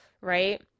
right